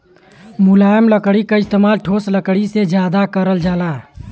मुलायम लकड़ी क इस्तेमाल ठोस लकड़ी से जादा करल जाला